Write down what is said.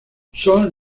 son